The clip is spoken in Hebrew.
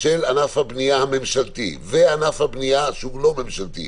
של ענף הבנייה הממשלתי וענף הבנייה שהוא לא ממשלתי,